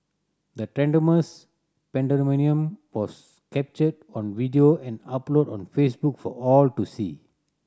the pandemonium was captured on video and uploaded on Facebook for all to see